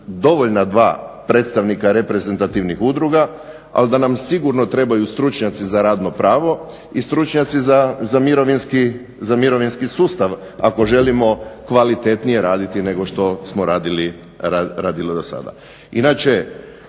dovoljna predstavnika reprezentativnih udruga, ali da nam sigurno trebaju stručnjaci za radno pravo i stručnjaci za mirovinski sustav ako želimo kvalitetnije raditi nego što smo radili dosada.